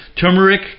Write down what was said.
turmeric